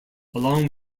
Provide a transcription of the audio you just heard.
along